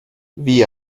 wie